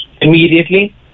immediately